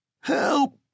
Help